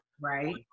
Right